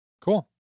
Cool